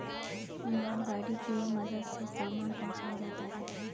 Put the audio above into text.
मालगाड़ी के मदद से सामान पहुंचाया जाता है